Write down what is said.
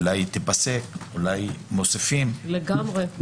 אולי היא תיפסק, אולי מוסיפים -- לגמרי.